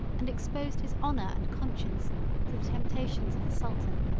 and exposed his honor and conscience to the temptations of the sultan.